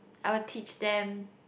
I would teach them